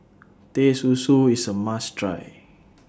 Teh Susu IS A must Try